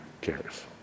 cares